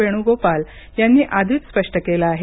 वेणूगोपाल यांनी आधीच स्पष्ट केलं आहे